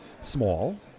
small